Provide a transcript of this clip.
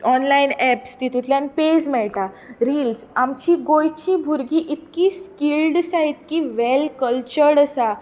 online apps तेतुंतल्यान page मेळटा reels आमचीं गोंयचीं भुरगीं इतकीं स्किल्ड आसात इतकी वॅल कल्चर्ड आसात